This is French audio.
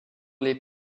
les